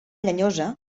llenyosa